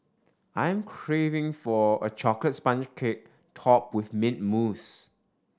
I am craving for a chocolate sponge cake topped with mint mousse